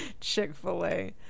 Chick-fil-A